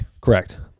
correct